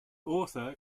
author